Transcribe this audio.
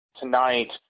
tonight